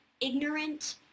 ignorant